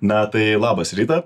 na tai labas rita